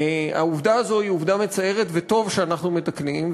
העובדה הזאת היא עובדה מצערת, וטוב שאנחנו מתקנים.